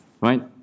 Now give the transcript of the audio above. right